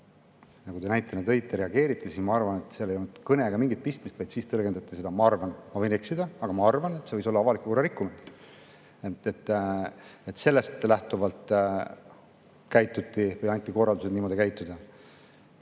nagu te näitena tõite, reageeriti, siis ma arvan, et seal ei olnud kõnega mingit pistmist, vaid siis tõlgendati seda nii – ma arvan, aga ma võin eksida –, et see võis olla avaliku korra rikkumine. Sellest lähtuvalt käituti või anti korraldused niimoodi käituda.